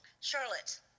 Charlotte